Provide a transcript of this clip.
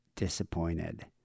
Disappointed